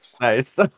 Nice